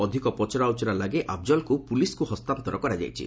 ଅଧିକ ପଚରାଉଚରା ଲାଗି ଆଫଜଲକୁ ପୁଲିସ୍କୁ ହସ୍ତାନ୍ତର କରାଯାଇଛି